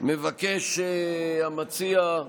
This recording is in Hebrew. מבקש המציע,